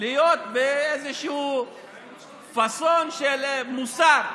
להיות באיזשהו פאסון של מוסר,